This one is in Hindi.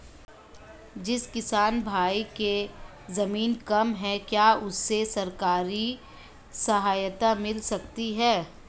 जिस किसान भाई के ज़मीन कम है क्या उसे सरकारी सहायता मिल सकती है?